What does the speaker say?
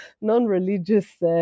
non-religious